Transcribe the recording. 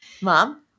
Mom